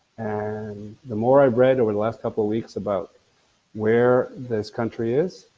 and the more i read over the last couple of weeks about where this country is,